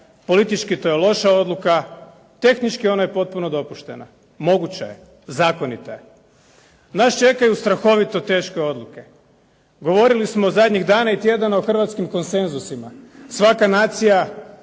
Političko to je loša odluka. Tehnički ona je potpuno dopuštena, moguće je, zakonita je. Nas čekaju strahovito teške odluke. Govorili smo zadnjih dana i tjedana o hrvatskim konsenzusima. Svaka nacija